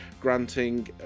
granting